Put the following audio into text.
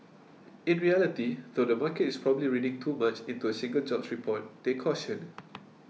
in reality though the market is probably reading too much into a single jobs report they cautioned